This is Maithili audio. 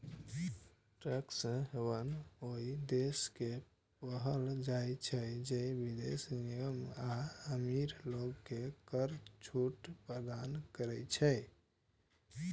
टैक्स हेवन ओइ देश के कहल जाइ छै, जे विदेशी निगम आ अमीर लोग कें कर छूट प्रदान करै छै